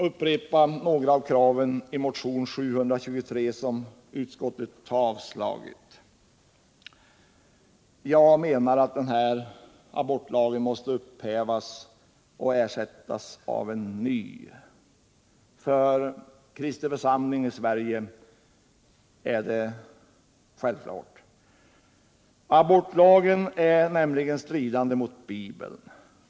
Låt mig upprepa kraven i motionen 723, som utskottet har avstyrkt. Jag menar att den nuvarande abortlagen måste upphävas och ersättas av en ny. För Kristi församling i Sverige är det självklart. Abortlagen strider nämligen mot Bibeln.